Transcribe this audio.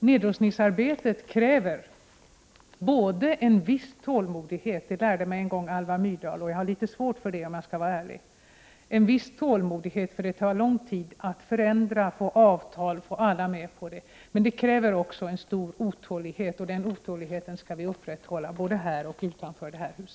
Nedrustningsarbetet kräver både en viss tålmodighet — det lärde Alva Myrdal mig en gång. Om jag skall vara ärlig, måste jag säga att jag har litet svårt med den saken. Det krävs en viss tålmodighet, eftersom det tar lång tid att förändra, att få till stånd avtal och att få alla med. Men det krävs också stor otålighet, och den otåligheten skall vi upprätthålla både här och utanför detta hus.